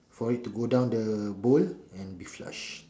for it to go down the bowl and be flushed